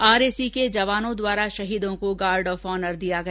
RAC के जवानों द्वारा शहीदों को गार्ड ऑफ ऑनर दिया गया